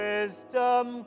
Wisdom